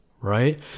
right